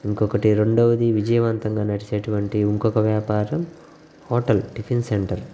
ఇంకొకటి రెండోది విజయవంతంగా నడిచేటటువంటి ఇంకొక వ్యాపారం హోటల్ టిఫిన్ సెంటర్